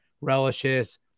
relishes